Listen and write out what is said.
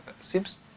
seems